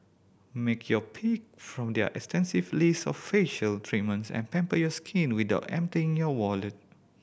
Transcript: make your pick from their extensive list of facial treatments and pamper your skin without emptying your wallet